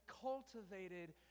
cultivated